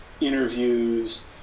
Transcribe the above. interviews